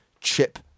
chip